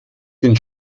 den